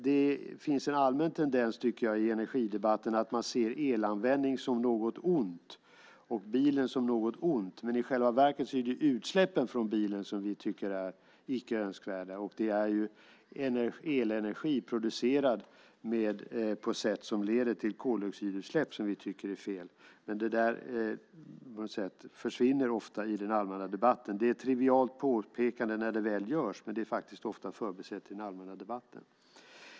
Det finns en allmän tendens i energidebatter att man ser elanvändning som något ont, och bilen som något ont. Men det är ju i själva verket utsläppen som vi tycker är icke önskvärda, och det är elenergi producerad på ett sätt som leder till koldioxidutsläpp som vi tycker är fel. Det försvinner ofta i den allmänna debatten. Det är ett trivialt påpekande när det väl görs, men det är faktiskt ofta förbisett i den allmänna debatten.